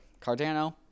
Cardano